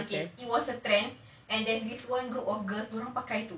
oh that clip okay